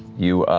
you